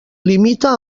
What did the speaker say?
limita